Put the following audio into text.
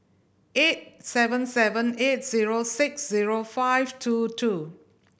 eight seven seven eight zero six zero five two two